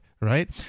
Right